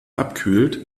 abkühlt